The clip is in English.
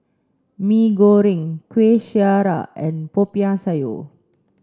Mee Goreng Kueh Syara and Popiah Sayur